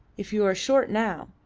if you are short now.